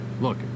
Look